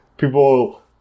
people